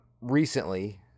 recently